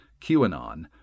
QAnon